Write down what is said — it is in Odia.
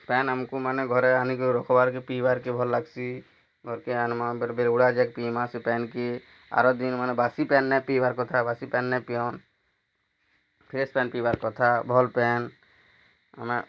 ପାନ୍ ଆମ୍କୁ ମାନେ ଘରେ ଆନିକି ରଖ୍ବାର୍ କେ ପିଇବାର କେ ଭଲ୍ ଲାଗ୍ସି ଘର କେ ଆନ୍ବା ବୋଲେ ଫିର୍ ଉଡ଼ା ଯେ କେ ପିଇବା ସେ ପାନ୍ କି ଆର୍ ଦି ମାନେ ବାସି ପାନ୍ ନାଇଁ ପିଇବାର୍ କଥା ବାସି ପାନ୍ ନାଇଁ ପିଅନ୍ ଫ୍ରେସ୍ ପାନ୍ ପିଇବାର୍ କଥା ଭଲ୍ ପାନ୍ ଆମେ